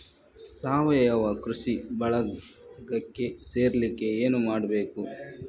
ಸಾವಯವ ಕೃಷಿ ಬಳಗಕ್ಕೆ ಸೇರ್ಲಿಕ್ಕೆ ಏನು ಮಾಡ್ಬೇಕು?